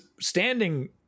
standing